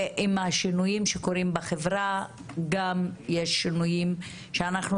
עם השינויים שקורים בחברה יש גם שינויים שאנחנו